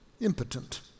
impotent